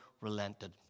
relented